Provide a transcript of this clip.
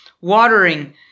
watering